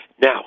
Now